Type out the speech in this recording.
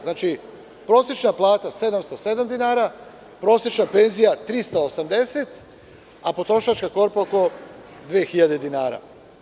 Znači, prosečna dinara 707 dinara, prosečna penzija 380 dinara, a potrošačka korpa oko 2.000 dinara.